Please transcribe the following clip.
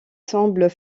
semblent